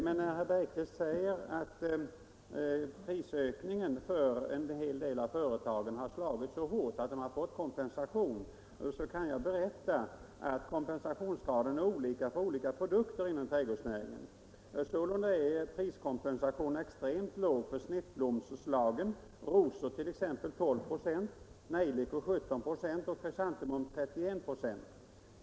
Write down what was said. Herr Bergqvist säger att prisökningen på produkterna för en hel del av företagen resulterat i att de har fått kompensation för de stegrade bränslekostnaderna. Jag kan då berätta att kompensationsgraden är olika för olika produkter inom trädgårdsnäringen. Sålunda är priskompensationen extremt låg för snittblomsterslagen — för rosor är den 12 96, för nejlikor 17 96 och för krysantemum 31 96.